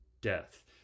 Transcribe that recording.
Death